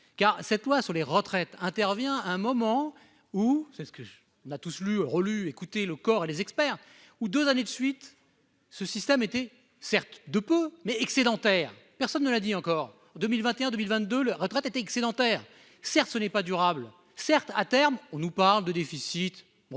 car cette loi sur les retraites intervient à un moment où c'est ce que n'a tous lu, relu, écoutez le corps et les experts ou deux années de suite. Ce système était certes de peau mais excédentaire, personne ne l'a dit encore 2021 2022 la retraite était excédentaire. Certes, ce n'est pas durable. Certes, à terme on nous parle de déficit.